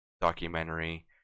documentary